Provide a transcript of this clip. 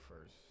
first